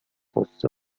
غصه